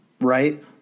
right